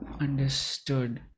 Understood